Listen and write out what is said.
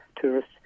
tourists